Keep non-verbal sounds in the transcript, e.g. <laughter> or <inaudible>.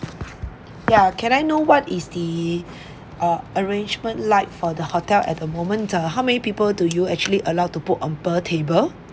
ya can I know what is the <breath> uh arrangement like for the hotel at the moment uh how many people do you actually allowed to put on per table